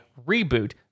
reboot